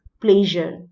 pleasure